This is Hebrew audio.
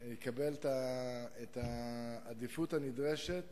יקבלו את העדיפות הנדרשת